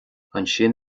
ansin